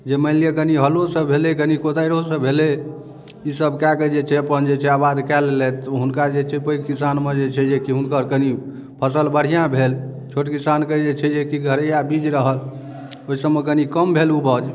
जे मानि लिअ कनी हरो सँ भेलै कनी कोदाइरो सँ भेलै ईसब कए कऽ जे छै अपन जे छै आबाद कए लेलथि हुनका जे छै पैग किसान मे जे छै जेकी हुनकर कनी फसल बढ़िऑं भेल छोट किसान के जे छै जे कि घरैया बीज रहल ओहिसबमे कनी कम भेल ऊपज